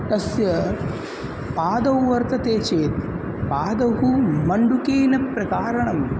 तस्य पादौ वर्तते चेत् पादौ मण्डुकेन प्रकारणम्